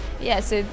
yes